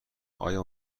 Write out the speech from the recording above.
آیا